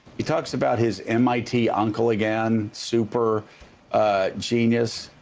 he talks about his mit uncle again, super genius.